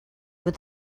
with